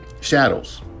shadows